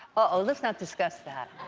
uh-oh, let's not discuss that.